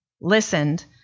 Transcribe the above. listened